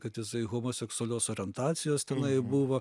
kad jisai homoseksualios orientacijos tenai buvo